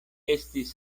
estis